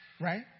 Right